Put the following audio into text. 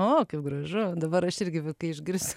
o kaip gražu dabar aš irgi kai išgirsi